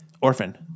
Orphan